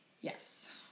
Yes